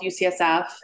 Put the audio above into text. UCSF